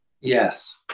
Yes